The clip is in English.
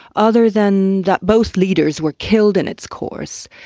other than that both leaders were killed in its course,